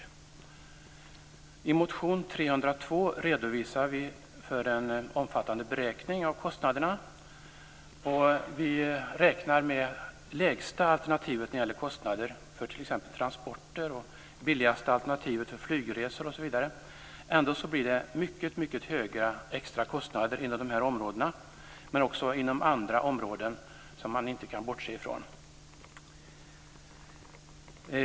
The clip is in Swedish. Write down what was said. I motion 302 redovisar vi en omfattande beräkning av kostnaderna. Vi räknar med det lägsta alternativet när det gäller kostnader för t.ex. transporter, det billigaste alternativet för flygresor osv. Ändå blir det mycket höga extra kostnader inom de här områdena, och även inom andra områden som man inte kan bortse ifrån.